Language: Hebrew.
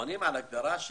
עונים על ההגדרה של